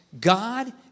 God